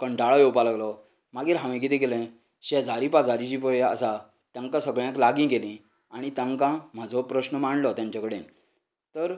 कंटाळो येवपाक लागलो मागीर हांवें कितें केलें शेजारी पाजारी जीं पळय आसा तांकां सगळ्यांक लागी केलीं आनी तांकां म्हाजो प्रश्न मांडलो तांचे कडेन तर